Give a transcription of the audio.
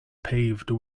paved